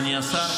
אדוני השר,